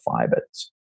fibers